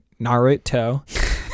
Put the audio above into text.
Naruto